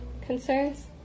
Concerns